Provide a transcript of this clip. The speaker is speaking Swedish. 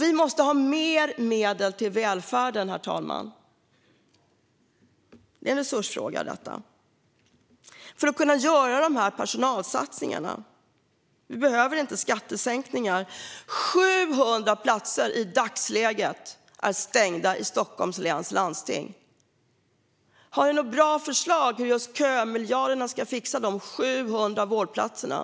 Vi måste ha mer medel till välfärden, herr talman. Det är en fråga om resurser - för att kunna göra personalsatsningar behöver vi inte skattesänkningar. I dagsläget är 700 vårdplatser stängda i Stockholms läns landsting. Har ni något bra förslag på hur kömiljarden ska fixa de 700 vårdplatserna?